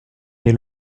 elle